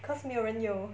cause 没有人有